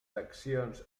accions